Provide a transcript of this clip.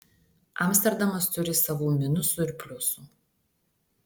amsterdamas turi savų minusų ir pliusų